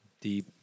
Deep